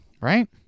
right